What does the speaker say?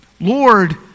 Lord